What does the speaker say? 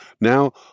now